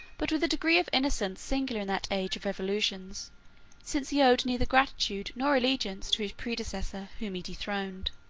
but with a degree of innocence singular in that age of revolutions since he owed neither gratitude nor allegiance to his predecessor, whom he dethroned.